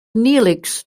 neelix